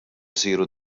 isiru